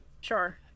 Sure